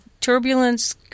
turbulence